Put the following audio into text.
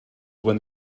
when